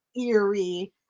eerie